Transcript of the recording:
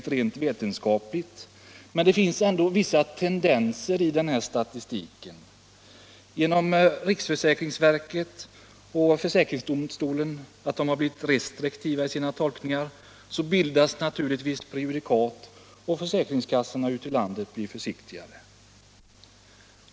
Men det finns ändå vissa tendenser i statistiken. Genom riksförsäkringsverkets och försäkringsdomstolens restriktivare tolkningar bildas givetvis prejudikat, och försäkringskassorna ute i landet blir försiktigare.